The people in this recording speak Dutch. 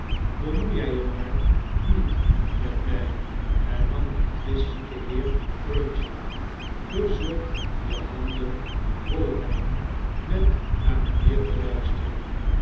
bemoei jjj je maar niet met mjj hernam de twistzieke heer cruncher ge zult je handen vol hebben met naar mpheer te luisteren